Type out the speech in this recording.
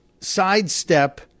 sidestep